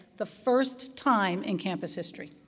the first time in campus history.